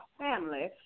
family